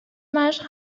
مشق